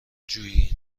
جویی